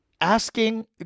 asking